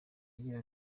agira